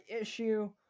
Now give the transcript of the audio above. issue